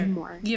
more